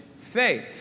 Faith